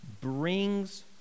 brings